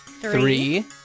Three